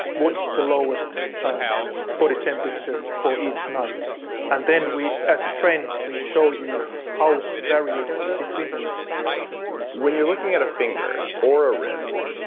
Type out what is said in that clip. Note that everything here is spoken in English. what's the lowest body temperature for each night and then we, as a train, we show you how it's variating between the nights when you're looking at a finger or a wrist,